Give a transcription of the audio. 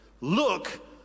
look